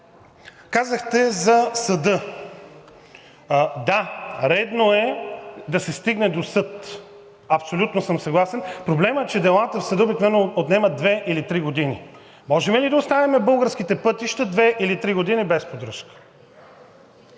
Казахте за съда. Да, редно е да се стигне до съд, абсолютно съм съгласен. Проблемът е, че делата в съда обикновено отнемат две или три години. Можем ли да оставим българските пътища две или три години без поддържка?